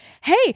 hey